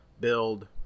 build